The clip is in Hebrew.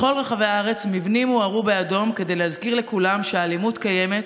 בכל רחבי הארץ מבנים הוארו באדום כדי להזכיר לכולם שאלימות קיימת,